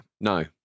No